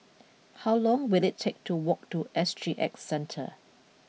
how long will it take to walk to S G X Centre